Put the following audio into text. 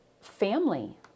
family